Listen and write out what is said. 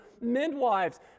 midwives